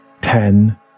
ten